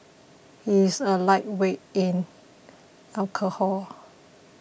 he is a lightweight in alcohol